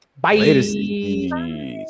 Bye